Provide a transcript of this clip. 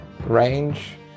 range